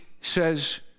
says